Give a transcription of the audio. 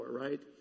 right